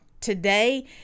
today